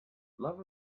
love